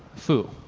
foo.